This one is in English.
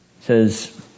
says